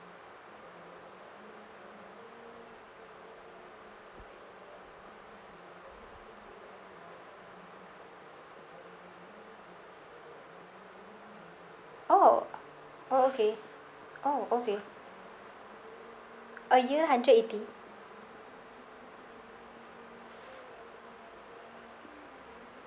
oh oh okay oh okay a year hundred eighty